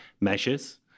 measures